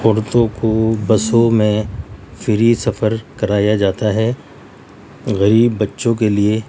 عورتوں کو بسوں میں فری سفر کرایا جاتا ہے غریب بچوں کے لیے